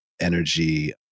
energy